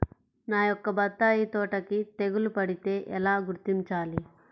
నా యొక్క బత్తాయి తోటకి తెగులు పడితే ఎలా గుర్తించాలి?